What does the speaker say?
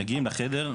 מגיעים לחדר,